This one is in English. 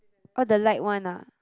all the like one lah